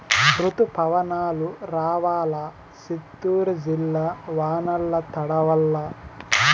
రుతుపవనాలు రావాలా చిత్తూరు జిల్లా వానల్ల తడవల్ల